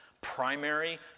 primary